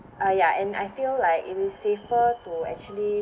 uh ya and I feel like it is safer to actually